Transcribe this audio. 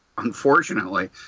unfortunately